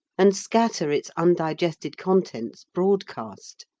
and scatter its undigested contents broadcast.